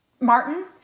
Martin